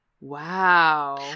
Wow